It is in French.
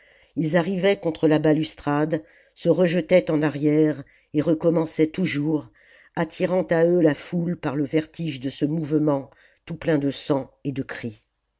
ils arrivaient contre la balustrade se rejetaient en arrière et recommençaient toujours attirant à eux la foule par le vertige de ce mouvement tout plein de sang et de cris